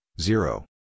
zero